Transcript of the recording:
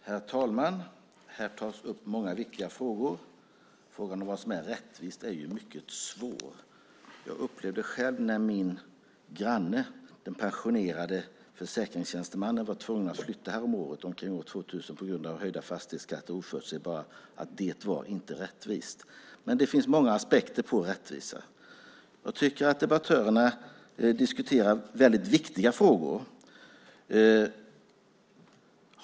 Herr talman! Här tas många viktiga frågor upp. Frågan vad som är rättvist är mycket svår. Jag upplevde själv när min granne, den passionerade försäkringstjänstemannen, på grund av oförutsägbara höjda fastighetsskatter var tvungen att flytta häromåret, omkring år 2000, att det inte var rättvist. Men det finns många aspekter på rättvisa. Jag tycker att debattörerna diskuterar väldigt viktiga frågor.